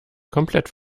komplett